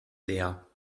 leer